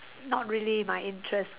not really my interest